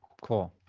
cool.